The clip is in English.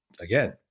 again